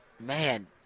man